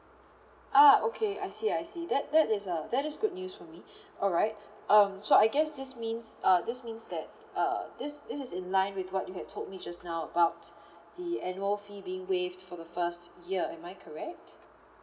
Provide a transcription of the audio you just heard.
ah okay I see I see that that is uh that is good use me alright um so I guess this means uh this means that uh this this is in line with what you have told me just now about the annual fee being waived for the first year am I correct